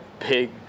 big